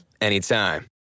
anytime